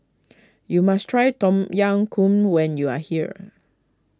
you must try Tom Yam Goong when you are here